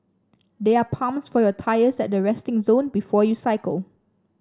there are pumps for your tyres at the resting zone before you cycle